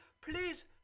please